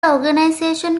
organization